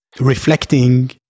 Reflecting